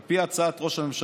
ועל פי הצעת ראש הממשלה,